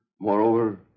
Moreover